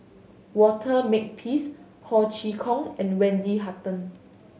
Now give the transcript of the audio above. Walter Makepeace Ho Chee Kong and Wendy Hutton